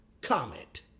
comment